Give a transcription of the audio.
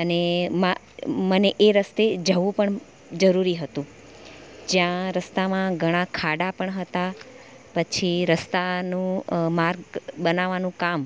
અને મને એ રસ્તે જવું પણ જરૂરી હતું જ્યાં રસ્તામાં ઘણા ખાડાં પણ હતાં પછી રસ્તાનું માર્ગ બનાવાનું કામ